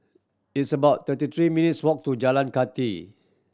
it's about thirty three minutes' walk to Jalan Kathi